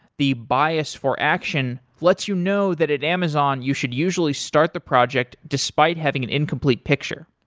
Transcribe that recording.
the bias for action lets you know that at amazon, you should usually start the project despite having an incomplete picture